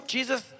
Jesus